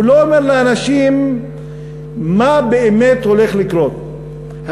הוא לא אומר לאנשים מה באמת הולך לקרות,